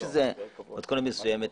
יש איזה מתכונת מסוימת,